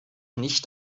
nicht